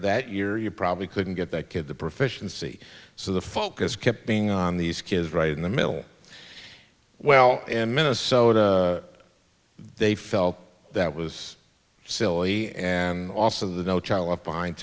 that year you probably couldn't get that kid the proficiency so the focus kept being on these kids right in the middle well in minnesota they felt that was silly and also the no child left behind